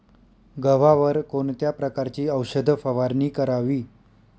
गव्हावर कोणत्या प्रकारची औषध फवारणी करावी?